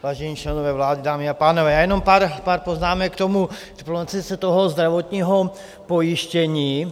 Vážení členové vlády, dámy a pánové, jenom pár poznámek k tomu, co se týče zdravotního pojištění.